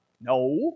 No